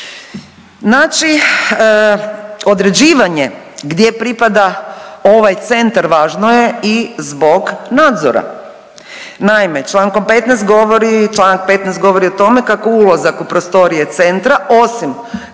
Znači određivanje gdje pripada ovaj Centar, važno je i zbog nadzora. Naime, člankom 15 govori, čl. 15 govori o tome kako ulazak u prostorije Centra, osim